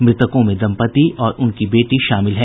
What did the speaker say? मृतकों में दम्पति और उनकी बेटी शामिल है